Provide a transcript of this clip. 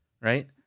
right